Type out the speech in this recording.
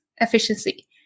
efficiency